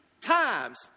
times